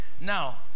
now